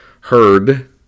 heard